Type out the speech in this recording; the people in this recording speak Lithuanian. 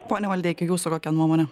ponia maldeiki jūsų kokia nuomonė